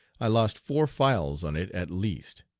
i lost four files on it at least.